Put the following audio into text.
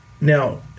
now